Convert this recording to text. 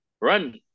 run